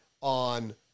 on